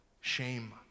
shame